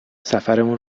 سفرمون